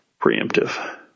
preemptive